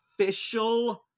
official